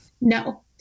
No